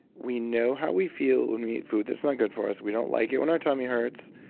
we know how we feel when we eat food that's not good for us, we don't like it when our tummy hurts.